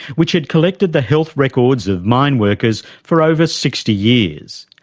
which had collected the health records of mine workers for over sixty years.